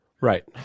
Right